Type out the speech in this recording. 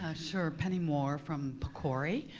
ah sure, penny moore from pcori,